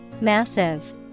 Massive